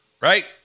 right